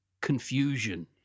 confusion